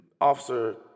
Officer